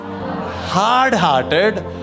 hard-hearted